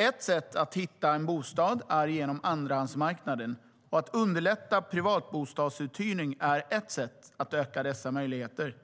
Ett sätt att hitta en bostad är genom andrahandsmarknaden, och att underlätta privatbostadsuthyrning är ett sätt att öka dessa möjligheter.